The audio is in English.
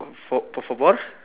fo~ por favor